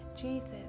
Jesus